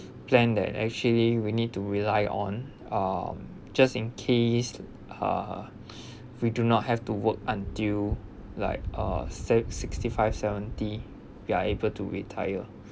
plan that actually we need to rely on um just in case uh we do not have to work until like uh six sixty five seventy we are able to retire